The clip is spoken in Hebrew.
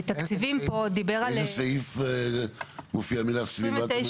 איזה סעיף מופיע המילה 'סביבת המטרו'?